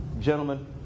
gentlemen